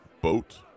Boat